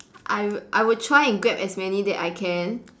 I would I will try and grab as many that I can